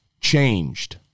changed